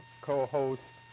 co-host